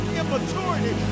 immaturity